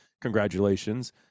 congratulations